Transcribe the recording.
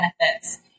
benefits